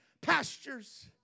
pastures